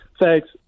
thanks